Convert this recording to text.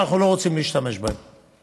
שאנחנו לא רוצים להשתמש בהן